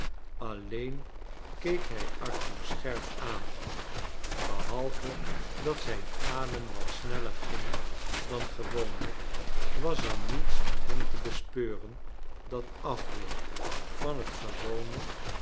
alleen keek hij arthur scherp aan behalve dat zijn adem wat sneller ging dan gewoonlijk was er niets aan hem te bespeuren dat afweek van het gewone